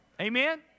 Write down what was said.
Amen